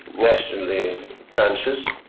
nationally conscious,